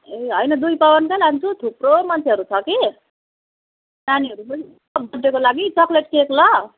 ए होइन दुई पाउन्डकै लान्छु थुप्रो मान्छेहरू छ कि नानीहरू पनि छ बर्थडेको लागि चकलेट केक ल